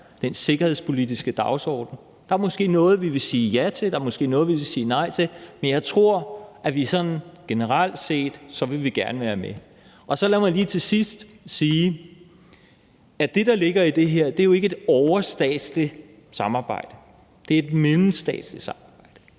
den sikkerhedspolitiske dagsorden. Der er måske noget, vi vil sige ja til det, der er måske noget, vi vil sige nej til, men jeg tror, at vi generelt set gerne vil være med. Så lad mig lige til sidst sige, at det, der ligger i det her, jo ikke er et overstatsligt samarbejde, det er et mellemstatsligt samarbejde